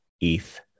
eth